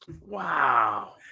Wow